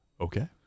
Okay